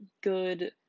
good